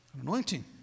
anointing